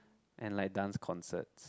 and like dance concert